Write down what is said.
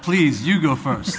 please you go first